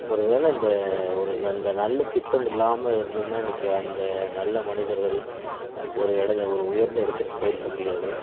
ஒருவேளை இந்த ஒரு நல் இந்த நல்ல திட்டம் இல்லாம இருந்திருந்தா இன்னைக்கு அந்த நல்ல மனிதர்கள் ஒரு இட ஒரு உயர்ந்த இடத்திற்கு போயி இருக்க முடியாது